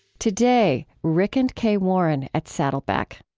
today, rick and kay warren at saddleback.